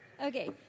Okay